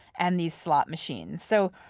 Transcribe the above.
and these slot machines. so,